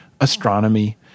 astronomy